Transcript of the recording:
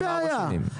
אין בעיה.